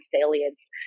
salience